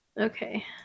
Okay